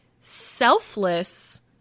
selfless